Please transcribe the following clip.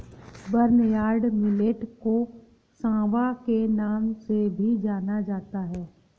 barnyard millet को सांवा के नाम से भी जाना जाता है